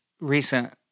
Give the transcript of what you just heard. recent